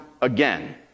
again